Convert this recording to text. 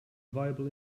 viable